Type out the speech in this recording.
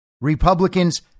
Republicans